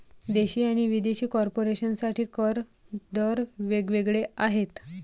देशी आणि विदेशी कॉर्पोरेशन साठी कर दर वेग वेगळे आहेत